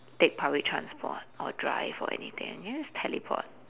take public transport or drive or anything and ya just teleport